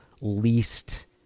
least